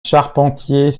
charpentier